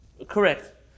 Correct